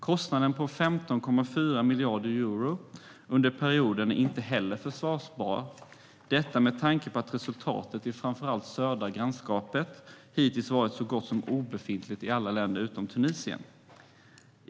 Kostnaden på 15,4 miljarder euro under perioden är inte heller försvarbar med tanke på att resultatet i framför allt södra grannskapet hittills varit så gott som obefintligt i alla länder utom Tunisien.